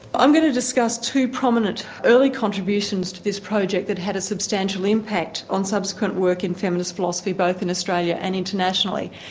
i'm going to discuss two prominent early contributions to this project that had a substantial impact on subsequent work in feminist philosophy both in australia and internationally,